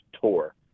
tour